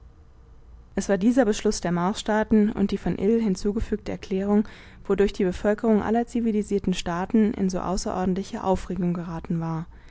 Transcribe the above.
es war dieser beschluß der marsstaaten und die von ill hinzugefügte erklärung wodurch die bevölkerung aller zivilisierten staaten in so außerordentliche aufregung geraten war